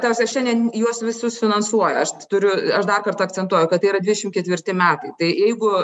ta prasme šiandien juos visus finansuoja aš turiu aš dar kartą akcentuoju kad tai yra dvidešim ketvirti metai tai jeigu